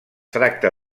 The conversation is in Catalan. tracta